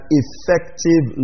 effective